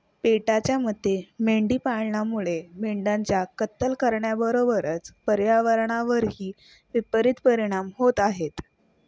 पेटाच्या मते मेंढी पालनामुळे मेंढ्यांची कत्तल करण्याबरोबरच पर्यावरणावरही विपरित परिणाम होत आहे